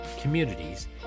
communities